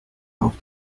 auf